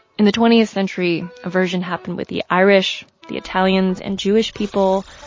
in the twentieth century, a version happened with the irish, the italians and jewish people.